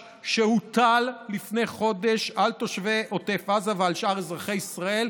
שהוטל לפני חודש על תושבי עוטף עזה ועל שאר אזרחי ישראל.